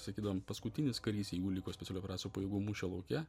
sakydavom paskutinis karys jeigu liko specialiųjų operacijų pajėgų mūšio lauke